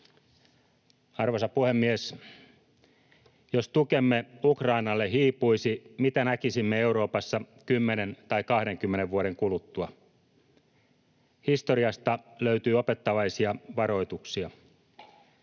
Arvoisa puhemies! Jos tukemme Ukrainalle hiipuisi, mitä näkisimme Euroopassa 10 tai 20 vuoden kuluttua? Historiasta löytyy opettavaisia varoituksia: